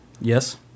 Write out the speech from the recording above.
Yes